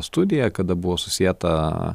studija kada buvo susieta